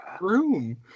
Room